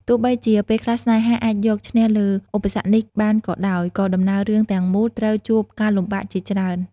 ទោះបីជាពេលខ្លះស្នេហាអាចយកឈ្នះលើឧបសគ្គនេះបានក៏ដោយ ក៏ដំណើររឿងទាំងមូលត្រូវជួបការលំបាកជាច្រើន។